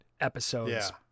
episodes